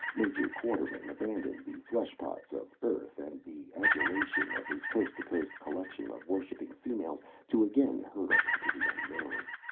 major quartermain abandoned the fleshpots of earth and the adulation of his coast-to-coast collection of worshiping females to again hurtle into the unknown.